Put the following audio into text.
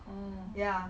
orh